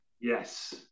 Yes